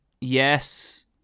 yes